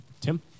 Tim